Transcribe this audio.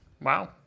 Wow